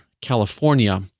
California